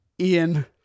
Ian